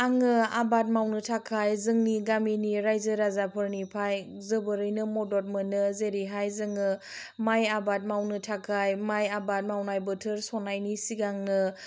आङो आबाद मावनो थाखाय जोंनि गामिनि रायजो राजाफोरनिफाय जोबोरैनो मदद मोनो जेरैहाय जोङो माय आबाद मावनो थाखाय माय आबाद मावनाय बोथोर सनायनि सिगांनो